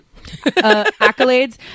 accolades